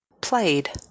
played